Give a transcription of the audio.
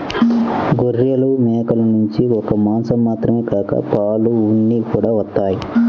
గొర్రెలు, మేకల నుంచి ఒక్క మాసం మాత్రమే కాక పాలు, ఉన్ని కూడా వత్తయ్